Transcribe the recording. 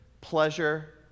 pleasure